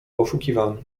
poszukiwań